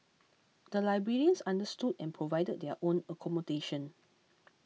the librarians understood and provided their own accommodation